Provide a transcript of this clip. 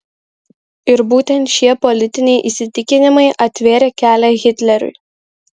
ir būtent šie politiniai įsitikinimai atvėrė kelią hitleriui